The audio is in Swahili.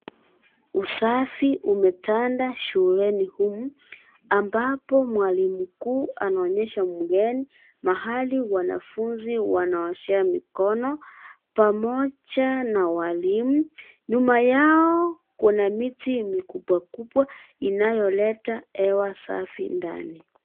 Usafi umetanda shuleni humu ambapo mwalimu mkuu anaonyesha mgeni mahali wanafunzi wanaoshea mikono pamoja na walimu. Nyuma yao kuna miti mikubwa mikubwa inayoleta hewa safi ndani.